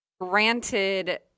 granted